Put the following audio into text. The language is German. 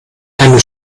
eine